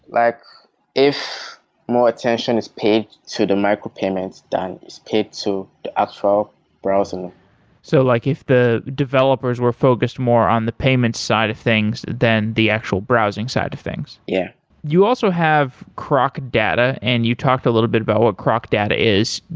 like if more attention is paid to the micro-payments, then is paid to the actual browsing so like if the developers were focused more on the payment side of things, than the actual browsing side of things yeah you also have crocdata, and you talked a little bit about what crocdata is.